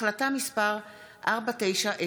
החלטה מס' 4900,